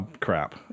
crap